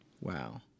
Wow